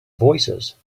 voicesand